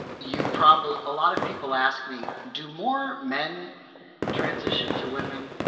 you probably a lot of people ask me, do more men transition to women,